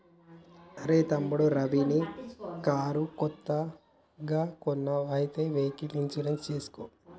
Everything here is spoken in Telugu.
అరెయ్ తమ్ముడు రవి నీ కారు కొత్తగా కొన్నావ్ అయితే వెహికల్ ఇన్సూరెన్స్ చేసుకో